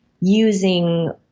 using